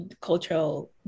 cultural